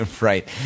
Right